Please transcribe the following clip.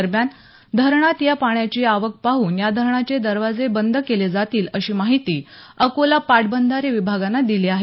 दरम्यान धरणात या पाण्याची आवक पाहून या धरणाचे दरवाजे बंद केले जातील अशी माहिती अकोला पाटबंधारे विभागानं दिली आहे